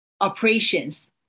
operations